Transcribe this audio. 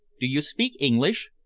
do you speak english?